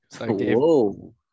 Whoa